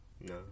No